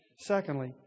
Secondly